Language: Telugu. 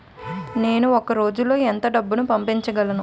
నేను ఒక రోజులో ఎంత డబ్బు పంపించగలను?